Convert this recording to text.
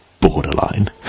borderline